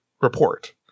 report